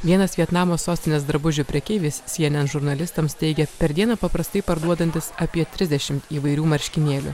vienas vietnamo sostinės drabužių prekeivis cnn žurnalistams teigė per dieną paprastai parduodantis apie trisdešimt įvairių marškinėlių